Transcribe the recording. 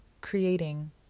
creating